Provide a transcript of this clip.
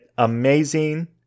Amazing